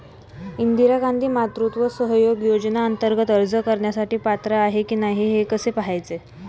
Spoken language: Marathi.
इंदिरा गांधी मातृत्व सहयोग योजनेअंतर्गत अर्ज करण्यासाठी पात्र आहे की नाही हे कसे पाहायचे?